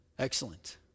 Excellent